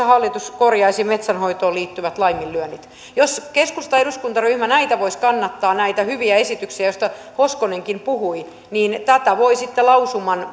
hallitus korjaisi metsänhoitoon liittyvät laiminlyönnit jos keskustan eduskuntaryhmä voisi kannattaa näitä hyviä esityksiä joista hoskonenkin puhui niin niin tätä voi sitten lausuman